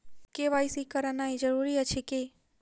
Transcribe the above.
KYC करानाइ जरूरी अछि की?